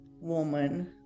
woman